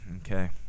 Okay